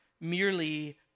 merely